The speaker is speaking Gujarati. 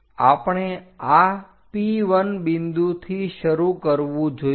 આપણે આ P1 બિંદુથી શરૂ કરવું જોઈએ